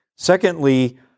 Secondly